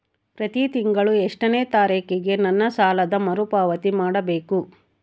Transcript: ಪ್ರತಿ ತಿಂಗಳು ಎಷ್ಟನೇ ತಾರೇಕಿಗೆ ನನ್ನ ಸಾಲದ ಮರುಪಾವತಿ ಮಾಡಬೇಕು?